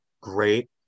great